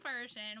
version